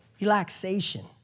relaxation